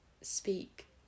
speak